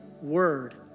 word